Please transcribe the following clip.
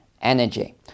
energy